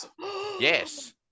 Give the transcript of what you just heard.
yes